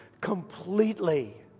completely